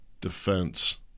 Defense